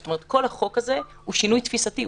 זאת אומרת שכל החוק הזה הוא שינוי תפיסתי,